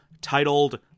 titled